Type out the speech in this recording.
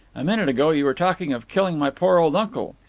a minute ago you were talking of killing my poor old uncle.